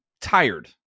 tired